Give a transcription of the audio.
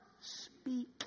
Speak